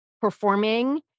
performing